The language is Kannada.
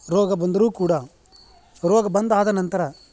ರೋಗ ಬಂದರೂ ಕೂಡ ರೋಗ ಬಂದಾದ ನಂತರ